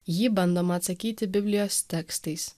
jį bandoma atsakyti biblijos tekstais